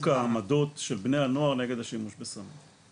העמדות של בני הנוער נגד השימוש בסמים,